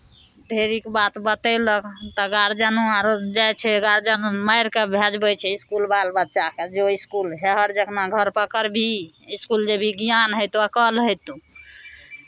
ढेरिक बात बतयलक तऽ गारजियनो आरो जाइ छै गारजियन मारि कऽ भेजबै छै इसकुल बाल बच्चाकेँ जो इसकुल हेहर जेना घरपर करबिही इसकुल जेबही ज्ञान हेतौ अकल हेतौ